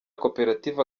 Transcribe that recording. koperative